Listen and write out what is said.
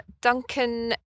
Duncan